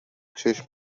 چشم